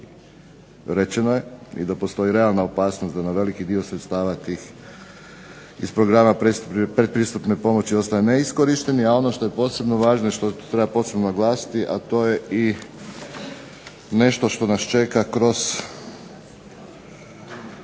rečeno je. I da postoji realna opasnost da na veliki dio sredstava tih iz programa predpristupne pomoći ostaje neiskorišteni, a ono što je posebno važno i što treba posebno naglasiti, a to je i nešto što nas čeka kroz